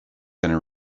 gonna